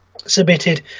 submitted